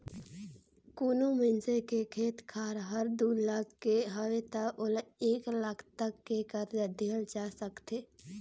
कोनो मइनसे के खेत खार हर दू लाख के हवे त ओला एक लाख तक के करजा देहल जा सकथे